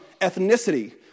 ethnicity